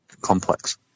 Complex